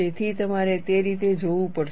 તેથી તમારે તે રીતે જોવું પડશે